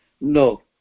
No